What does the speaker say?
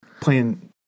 playing